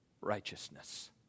righteousness